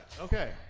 okay